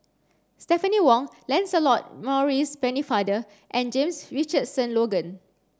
Stephanie Wong Lancelot Maurice Pennefather and James Richardson Logan